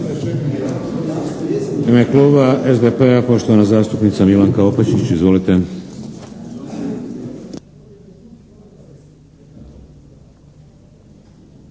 ime kluba SDP-a, poštovana zastupnica Milanka Opačić, izvolite.